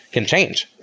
can change.